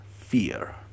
fear